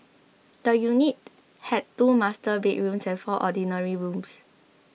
the unit had two master bedrooms and four ordinary rooms